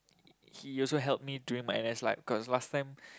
he also help me during my N_S life cause last time